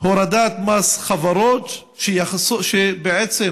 הורדת מס חברות, שבעצם